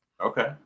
Okay